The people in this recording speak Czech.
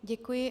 Děkuji.